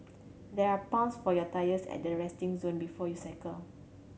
there are pumps for your tyres at the resting zone before you cycle